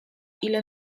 ile